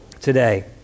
today